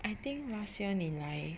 I think last year 你来